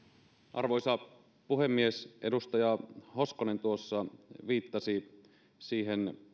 arvoisa puhemies edustaja hoskonen tuossa viittasi siihen